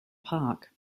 park